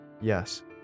Yes